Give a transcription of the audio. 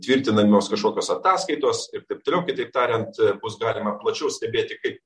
tvirtinamos kažkokios ataskaitos ir taip toliau kitaip tariant bus galima plačiau stebėti kaip